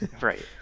Right